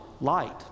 light